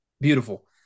beautiful